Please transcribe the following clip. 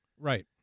Right